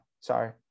sorry